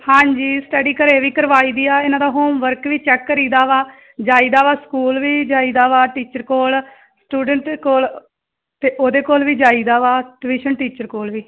ਹਾਂਜੀ ਸਟੱਡੀ ਘਰੇ ਵੀ ਕਰਵਾਈ ਦੀ ਆ ਇਹਨਾਂ ਦਾ ਹੋਮ ਵਰਕ ਵੀ ਚੈੱਕ ਕਰੀਦਾ ਵਾ ਜਾਈਦਾ ਵਾ ਸਕੂਲ ਵੀ ਜਾਈਦਾ ਵਾ ਟੀਚਰ ਕੋਲ ਸਟੂਡੈਂਟ ਕੋਲ ਅਤੇ ਉਹਦੇ ਕੋਲ ਵੀ ਜਾਈਦਾ ਵਾ ਟਿਵਿਸ਼ਨ ਟੀਚਰ ਕੋਲ ਵੀ